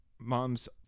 mom's